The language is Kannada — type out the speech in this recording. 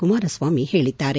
ಕುಮಾರಸ್ವಾಮಿ ಹೇಳಿದ್ದಾರೆ